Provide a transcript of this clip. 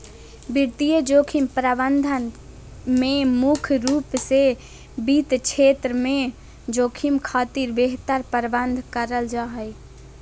वित्तीय जोखिम प्रबंधन में मुख्य रूप से वित्त क्षेत्र में जोखिम खातिर बेहतर प्रबंध करल जा हय